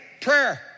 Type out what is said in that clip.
prayer